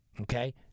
okay